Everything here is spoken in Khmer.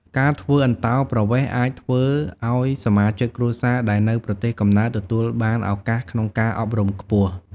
ការធ្វើអន្តោប្រវេស៍អាចធ្វើឱ្យសមាជិកគ្រួសារដែលនៅប្រទេសកំណើតទទួលបានឱកាសក្នុងការអប់រំខ្ពស់។